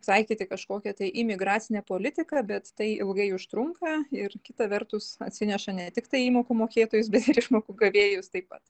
taikyti kažkokią imigracinę politiką bet tai ilgai užtrunka ir kita vertus atsineša ne tiktai įmokų mokėtojus bet ir išmokų gavėjus taip pat